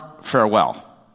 farewell